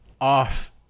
off